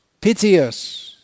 piteous